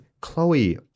Chloe